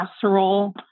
casserole